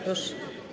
Proszę.